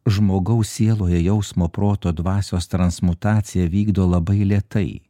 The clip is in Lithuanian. žmogaus sieloje jausmo proto dvasios transmutaciją vykdo labai lėtai